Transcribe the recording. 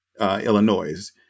Illinois